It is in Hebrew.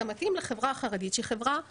המתאים לחברה החרדית שהיא חברה אחרת,